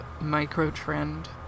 micro-trend